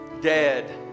dead